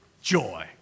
joy